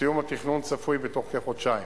סיום התכנון צפוי בתוך כחודשיים,